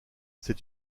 c’est